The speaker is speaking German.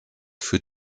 für